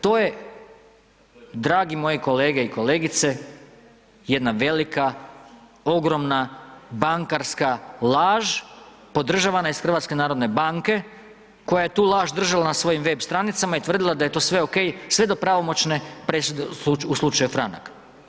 To je dragi moji kolege i kolegice, jedna velika, ogromna, bankarska laž podržavana iz Hrvatske narodne banke, koja je tu laž držala na svojim web stranicama i tvrdila da je to sve ok, sve do pravomoćne presude u Slučaju Franak.